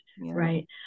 Right